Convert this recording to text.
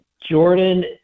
jordan